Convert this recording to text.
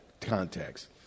context